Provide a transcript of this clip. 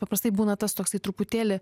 paprastai būna tas toksai truputėlį